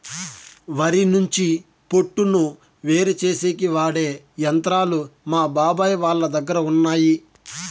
వరి నుంచి పొట్టును వేరుచేసేకి వాడె యంత్రాలు మా బాబాయ్ వాళ్ళ దగ్గర ఉన్నయ్యి